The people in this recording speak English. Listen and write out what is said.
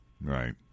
Right